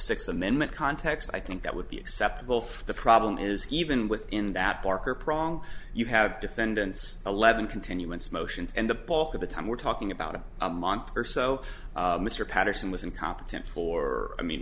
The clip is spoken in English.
sixth amendment context i think that would be acceptable for the problem is even within that barker prong you have defendants eleven continuance motions and the bulk of the time we're talking about a month or so mr patterson was incompetent or i mean